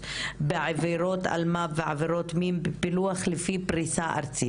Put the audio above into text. בעבירות אלמ"ב ועבירות מין בפילוח לפי פריסה ארצית?